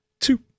Two